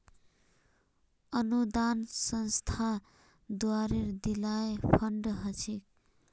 अनुदान संस्था द्वारे दियाल फण्ड ह छेक